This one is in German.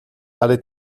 alle